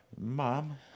mom